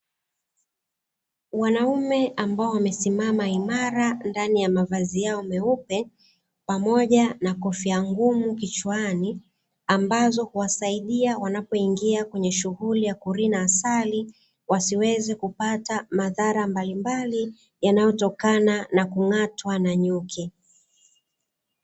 Wanaume ambao wamesimama imara ndani ya mavazi yao meupe, pamoja na kofia ngumu kichwani; ambazo huwasaidia wanapoingia kwenye shughuli ya kurina asali, wasiweze kupata madhara mbalimbali yanayotokana na kung'atwa na nyuki.